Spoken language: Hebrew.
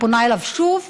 ואני פונה אליו שוב,